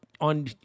on